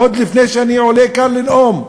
עוד לפני שאני עולה כאן לנאום.